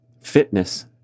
fitness